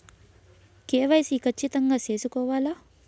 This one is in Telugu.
కె.వై.సి ఖచ్చితంగా సేసుకోవాలా